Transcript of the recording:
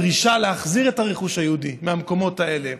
דרישה להחזיר את הרכוש היהודי מהמקומות האלה.